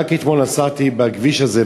רק אתמול נסעתי בכביש הזה,